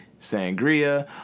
sangria